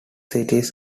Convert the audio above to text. cities